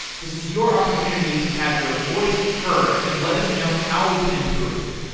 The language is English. this is your opportunity to have your voice heard and let us know how we can improve.